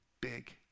big